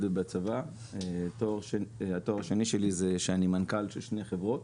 בצבא והכובע השני שלי הוא כמנכ"ל של שתי חברות,